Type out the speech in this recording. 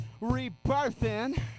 rebirthing